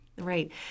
Right